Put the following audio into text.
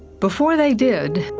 before they did,